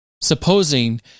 Supposing